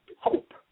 hope